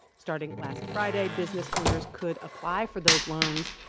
starting last friday, business owners could apply for those loans.